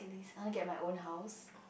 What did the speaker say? I wanna get my own house